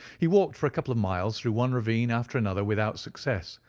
he walked for a couple of miles through one ravine after another without success,